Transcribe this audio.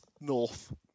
north